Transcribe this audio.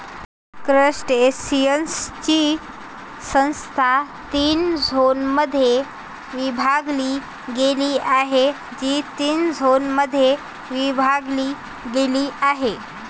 क्रस्टेशियन्सची संस्था तीन झोनमध्ये विभागली गेली आहे, जी तीन झोनमध्ये विभागली गेली आहे